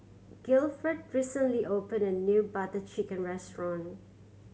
Gilford recently opened a new Butter Chicken restaurant